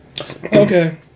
Okay